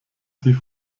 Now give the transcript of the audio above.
sie